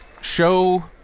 show